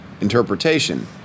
interpretation